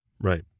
Right